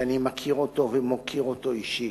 שאני מכיר אותו ומוקיר אותו אישית,